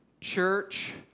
Church